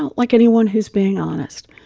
like anyone who's being honest,